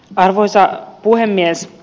arvoisa puhemies